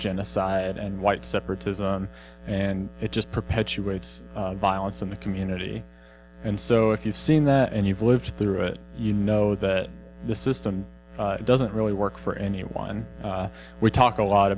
genocide and white separatism and it just perpetuates violence in the community and so if you've seen that and you've lived through it you know that the system doesn't really work for anyone we talk a lot